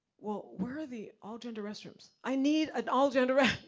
where are the, all gender restrooms? i need an all gender,